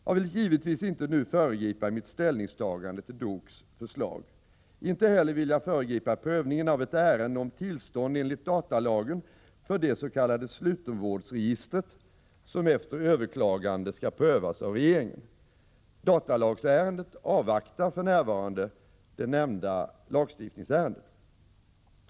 Jag vill givetvis inte nu föregripa mitt ställningstagande till DOK:s förslag. Inte heller vill jag föregripa prövningen av ett ärende om tillstånd enligt datalagen för det s.k. slutenvårdsregistret, som efter överklagande skall prövas av regeringen. Datalagsärendet avvaktar för närvarande det nämnda lagstiftningsärendet.